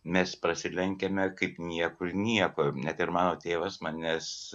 mes prasilenkiame kaip niekur nieko net ir mano tėvas manęs